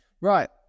Right